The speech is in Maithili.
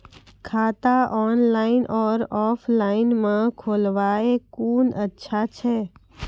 खाता ऑनलाइन और ऑफलाइन म खोलवाय कुन अच्छा छै?